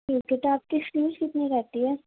ٹھیک ہے تو آپ کس فیس کتنی رہتی ہے